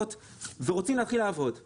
אנחנו רוצים לעשות את זה.